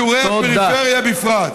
ושל יישובי הפריפריה בפרט.